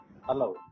Hello